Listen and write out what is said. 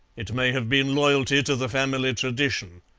it may have been loyalty to the family tradition.